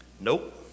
nope